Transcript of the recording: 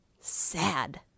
sad